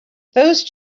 those